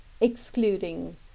excluding